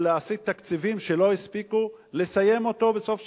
להסיט תקציבים שלא הספיקו לסיים בסוף שנה.